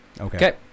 Okay